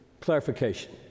clarification